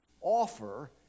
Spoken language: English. offer